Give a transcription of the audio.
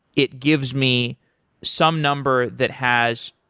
it gives me some number that has